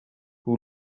who